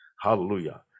hallelujah